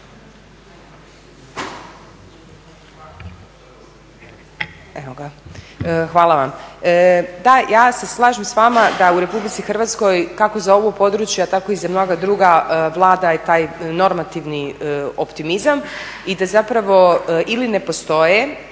Hvala vam. Da, ja se slažem s vama da u RH, kako za ovo područje, a tako i za mnoga druga, vlada taj normativni optimizam i da zapravo ne postoje